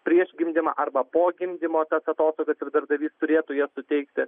prieš gimdymą arba po gimdymo tas atostogas ir darbdavys turėtų jas suteikti